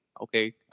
Okay